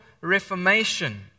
reformation